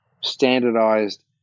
standardized